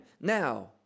Now